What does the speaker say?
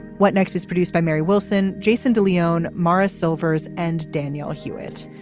what next is produced by mary wilson. jason de leon morris silvers and danielle hewitt.